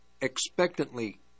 expectantly